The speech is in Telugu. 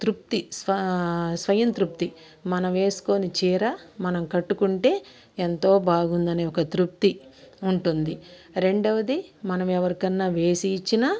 తృప్తి స్వ స్వయంతృప్తి మనం వేసుకుని చీర మనం కట్టుకుంటే ఎంతో బాగుందని ఒక తృప్తి ఉంటుంది రెండవది మనం ఎవరికన్నా వేసి ఇచ్చినా